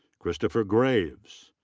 kristopher graves.